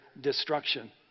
destruction